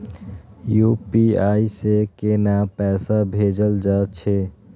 UPI से केना पैसा भेजल जा छे?